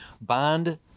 Bond